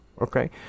Okay